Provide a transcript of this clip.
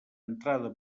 entrada